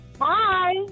Hi